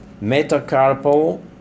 metacarpal